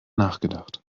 nachgedacht